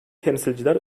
temsilciler